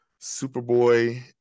Superboy